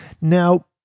Now